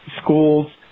schools